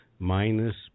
Minus